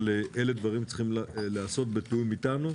אבל אלה דברים שצריכים להיעשות בתיאום אתנו,